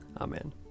Amen